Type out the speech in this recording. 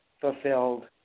fulfilled